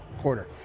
quarter